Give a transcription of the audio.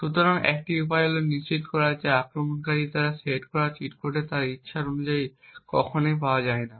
সুতরাং একটি উপায় হল নিশ্চিত করা যে আক্রমণকারীর দ্বারা সেট করা চিট কোডটি তার ইচ্ছা অনুযায়ী কখনই পাওয়া যায় না